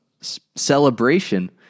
celebration